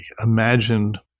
imagined